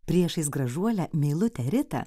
priešais gražuolę meilutę ritą